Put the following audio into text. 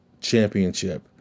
championship